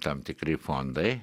tam tikri fondai